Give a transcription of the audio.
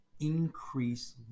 increase